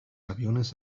aviones